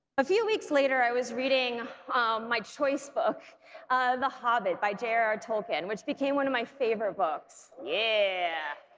a few weeks later i was reading my choice book the hobbit by j r r. tolkien which became one of my favorite books yeah,